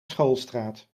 schoolstraat